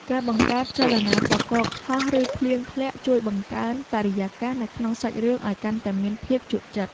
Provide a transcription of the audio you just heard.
ការបង្កើតចលនាពពកហោះឬភ្លៀងធ្លាក់ជួយបង្កើនបរិយាកាសនៅក្នុងសាច់រឿងឱ្យកាន់តែមានភាពជក់ចិត្ត។